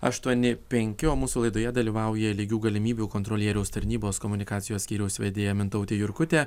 aštuoni penki o mūsų laidoje dalyvauja lygių galimybių kontrolieriaus tarnybos komunikacijos skyriaus vedėja mintautė jurkutė